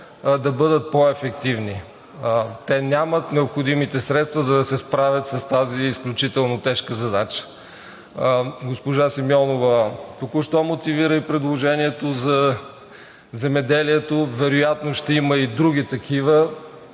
да бъдат по-ефективни. Те нямат необходимите средства, за да се справят с тази изключително тежка задача. Госпожа Симеонова току-що мотивира и предложението за земеделието, вероятно ще има и други такива.